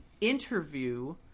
interview